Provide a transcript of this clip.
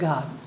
God